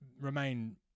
remain